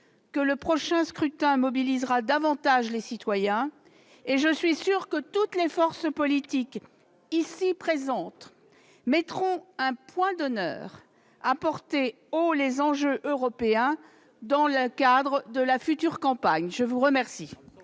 que le prochain scrutin mobilisera davantage les citoyens. Je suis sûre que toutes les forces politiques ici présentes mettront un point d'honneur à porter haut les enjeux européens, dans le cadre de la future campagne. Voici